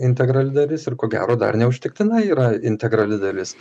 integrali dalis ir ko gero dar neužtektinai yra integrali dalis